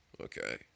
Okay